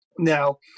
Now